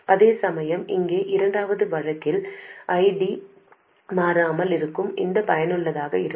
அதேசமயம் இங்கே இரண்டாவது வழக்கில் ID மாறாமல் இருக்கும் போது பயனுள்ளதாக இருக்கும்